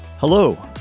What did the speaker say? Hello